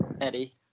eddie